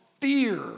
fear